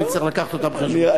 שאני צריך לקחת אותה בחשבון.